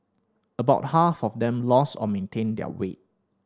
about half of them lost or maintained their weight